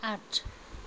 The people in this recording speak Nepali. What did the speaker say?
आठ